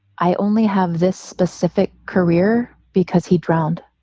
i only have this specific career because he drowned.